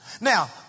Now